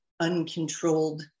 uncontrolled